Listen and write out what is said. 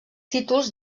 títols